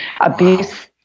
abuse